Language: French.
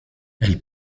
elle